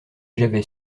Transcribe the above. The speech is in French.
j’avais